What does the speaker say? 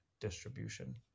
distribution